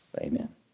Amen